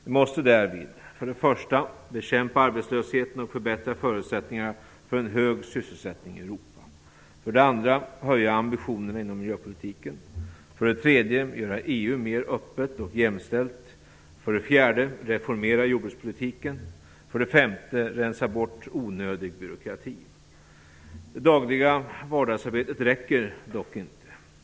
Vi måste därvid: 1. bekämpa arbetslösheten och förbättra förutsättningarna för en hög sysselsättning i Europa, 2. höja ambitionerna inom miljöpolitiken, 3. göra EU mer öppet och jämställt, 4. reformera jordbrukspolitiken och 5. rensa bort onödig byråkrati. Det dagliga vardagsarbetet räcker dock inte.